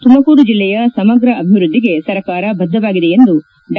ತುಮಕೂರು ಜಲ್ಲೆಯ ಸಮಗ್ರ ಅಭಿವೃದ್ದಿಗೆ ಸರಕಾರ ಬದ್ಧವಾಗಿದೆ ಎಂದು ಡಾ